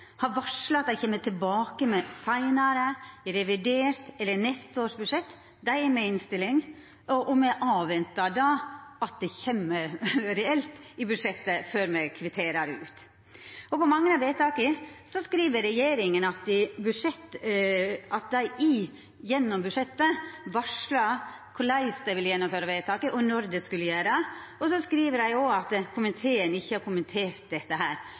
har varsla at dei kjem tilbake seinare, i revidert eller i neste års budsjett: Dei er med i innstillinga, og me ventar då på at det kjem reelt i budsjettet, før me kvitterer ut. For mange av vedtaka skriv regjeringa at dei gjennom budsjettet varslar korleis dei vil gjennomføra vedtaka, og når dei skal gjera det, og dei skriv òg at komiteen ikkje har kommentert dette.